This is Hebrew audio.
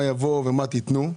מה יבוא ומה תיתנו.